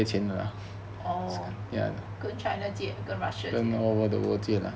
orh 跟 china 借跟 russia 借